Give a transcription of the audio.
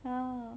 !wow!